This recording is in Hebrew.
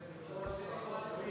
מהן?